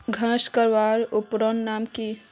घांस कमवार उपकरनेर नाम की?